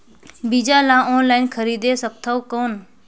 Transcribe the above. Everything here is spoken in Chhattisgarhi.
बीजा ला ऑनलाइन खरीदे सकथव कौन?